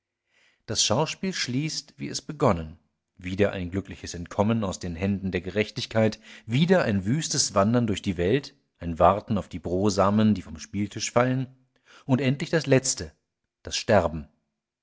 das schauspiel schließt wie es begonnen wieder ein glückliches entkommen aus den händen der gerechtigkeit wieder ein wüstes wandern durch die welt ein warten auf die brosamen die vom spieltisch fallen und endlich das letzte das sterben